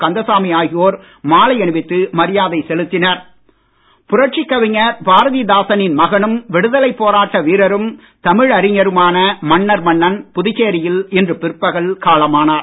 கந்தசாமி ஆகியோர் மாலை அணிவித்து மரியாதை செலுத்தினர் மன்னர்மன்னன் புரட்சிக் கவிஞர் பாரதிதாசனின் மகனும் விடுதலைப்போராட்ட வீரரும் தமிழறிஞருமான மன்னர்மன்னன் புதுச்சேரியில் இன்று பிற்பகல் காலமானார்